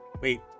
wait